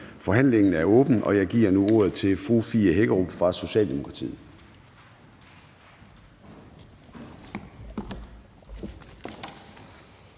Forhandlingen er åbnet. Jeg giver nu ordet til hr. Kasper Sand Kjær fra Socialdemokratiet.